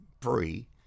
free